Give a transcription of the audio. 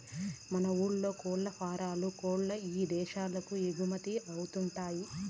మన ఊర్ల కోల్లఫారం కోల్ల్లు ఇదేశాలకు ఎగుమతవతండాయ్